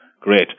great